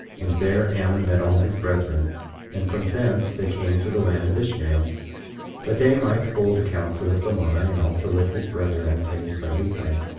and there ammon met all his brethren and from thence they came to the land of ishmael that they might hold a council with lamoni and also with his brother anti-nephi-lehi,